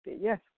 yes